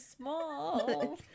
small